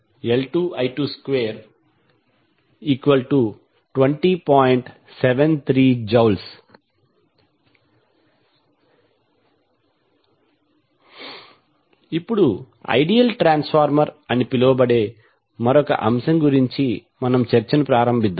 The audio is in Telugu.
73J ఇప్పుడు ఐడియల్ ట్రాన్స్ఫార్మర్ అని పిలువబడే మరొక అంశం గురించి మనం చర్చను ప్రారంభిద్దాం